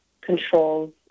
controls